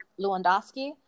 Lewandowski